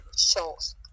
shows